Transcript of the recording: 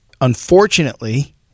unfortunately